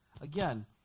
Again